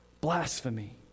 Blasphemy